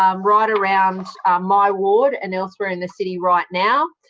um right around my ward and elsewhere in the city right now,